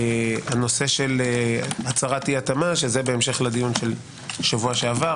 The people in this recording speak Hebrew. הנושא של הצהרת אי התאמה שזה בהמשך לדיון של שבוע שעבר,